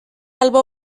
albo